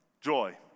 joy